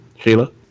Sheila